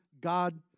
God